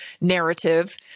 narrative